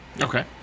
okay